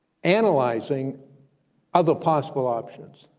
analyzing other possible options,